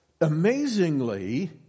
amazingly